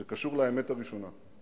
זה קשור לאמת הראשונה.